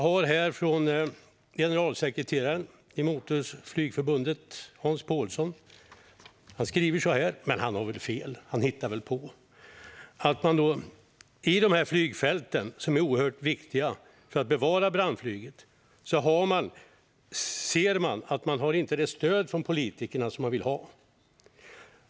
Hans Pålsson, ordförande i Motorflygförbundet, skriver i en debattartikel - men han har väl fel och hittar väl på - att man vid de här flygfälten, som är oerhört viktiga för att bevara brandflyget, ser att man inte har det stöd från politikerna som man vill ha.